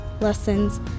lessons